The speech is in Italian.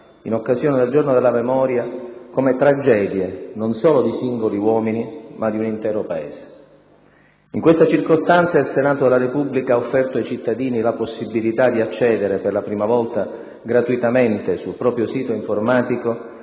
in occasione del Giorno della Memoria, come "tragedie" non solo di singoli uomini ma di un intero Paese. In questa circostanza il Senato della Repubblica ha offerto ai cittadini la possibilità di accedere, per la prima volta, gratuitamente sul proprio sito informatico,